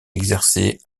exercer